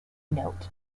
note